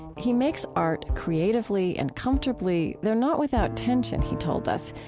he makes art creatively and comfortably. they're not without tension, he told us,